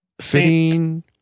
Fitting